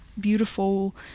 beautiful